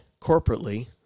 corporately